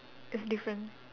it's different